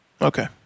Okay